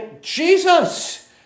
Jesus